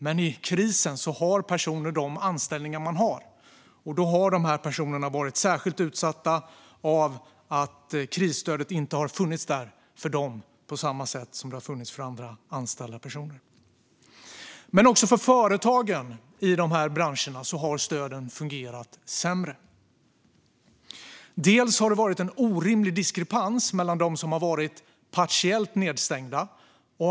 Men i en kris har personerna de anställningar de har, och då har dessa personer varit särskilt utsatta eftersom krisstödet inte har funnits där för dem på samma sätt som det har funnits för andra anställda. Även för företagen i de här branscherna har stöden fungerat sämre. Det har varit en orimlig diskrepans mellan dem som har varit partiellt nedstängda och helt nedstängda.